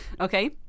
Okay